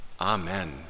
Amen